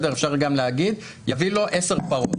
אפשר גם להגיד "יביא לו 10 פרות",